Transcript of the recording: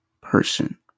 person